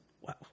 Wow